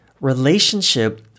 Relationship